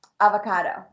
avocado